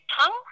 tongue